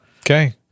Okay